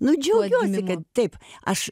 nu džiaugiuosi kad taip aš